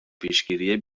پیشگیری